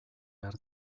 behar